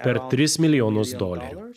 per tris milijonus dolerių